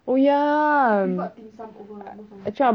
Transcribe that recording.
oh ya actually I want